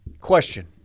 Question